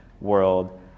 world